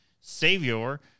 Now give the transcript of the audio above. Savior